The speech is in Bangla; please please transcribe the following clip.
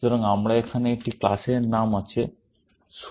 সুতরাং আমরা এখানে একটি ক্লাসের নাম আছে স্যুট